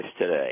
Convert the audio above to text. today